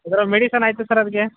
ಯಾದರೂ medicine ಐತ sir ಅದಕ್ಕೆ